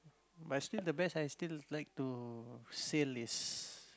but still the best I still like to seal is